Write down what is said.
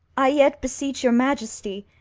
i yet beseech your majesty,